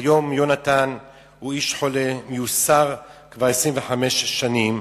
כיום יהונתן הוא איש חולה, מיוסר כבר 25 שנה.